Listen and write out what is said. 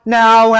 now